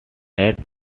let